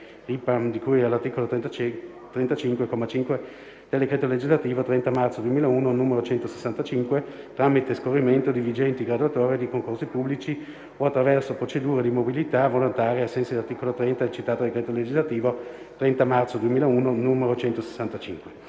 di cui all'articolo 35, comma 5, del decreto legislativo 30 marzo 2001, n. 165, tramite scorrimento di vigenti graduatorie di concorsi pubblici o attraverso procedure di mobilità volontaria, ai sensi dell'articolo 30 del citato decreto legislativo 30 marzo 2001, n. 165.